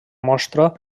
mostra